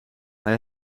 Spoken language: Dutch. hij